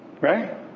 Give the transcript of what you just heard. Right